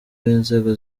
b’inzego